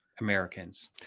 Americans